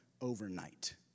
overnight